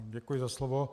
Děkuji za slovo.